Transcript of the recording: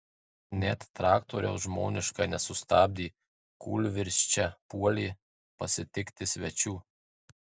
net traktoriaus žmoniškai nesustabdė kūlvirsčia puolė pasitikti svečių